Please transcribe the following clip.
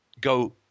go